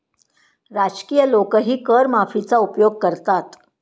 राजकीय लोकही कर माफीचा उपयोग करतात